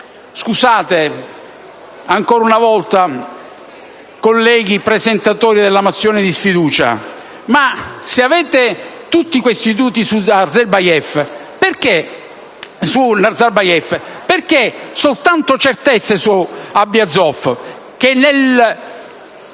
Scusate ancora una volta, colleghi presentatori della mozione di sfiducia, ma se avete tutti questi dubbi su Nazarbayev, perché soltanto certezze su Ablyazov?